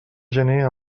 gener